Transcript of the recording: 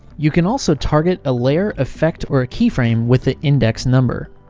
you can also target a layer, effect, or a keyframe with the index number.